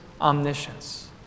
omniscience